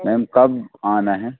ma'am कब आना है